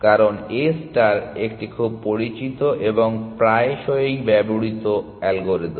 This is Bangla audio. কারণ A ষ্টার একটি খুব পরিচিত এবং প্রায়শই ব্যবহৃত অ্যালগরিদম